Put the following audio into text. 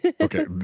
okay